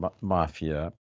mafia